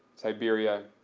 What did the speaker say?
siberia,